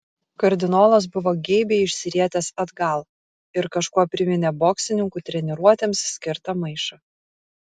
kardinolas buvo geibiai išsirietęs atgal ir kažkuo priminė boksininkų treniruotėms skirtą maišą